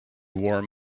warm